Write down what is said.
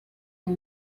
amb